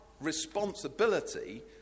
responsibility